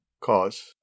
cause